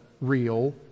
real